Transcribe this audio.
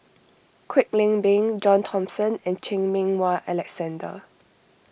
Kwek Leng Beng John Thomson and Chan Meng Wah Alexander